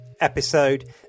episode